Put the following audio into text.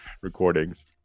recordings